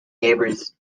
neighbors